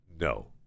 no